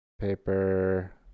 Paper